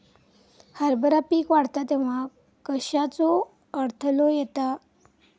हरभरा पीक वाढता तेव्हा कश्याचो अडथलो येता?